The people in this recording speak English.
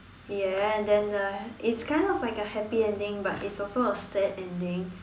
ya and then uh it's kind of like a happy ending but it's also a sad ending